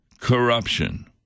corruption